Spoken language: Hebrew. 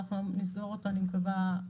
אני מקווה שנסגור אותו